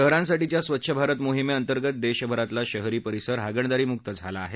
शहरांसाठीच्या स्वच्छ भारत मोहीमेअंतर्गत देशभरातला शहरी परिसर हागणदारीमुक झाला आहे